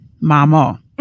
Mama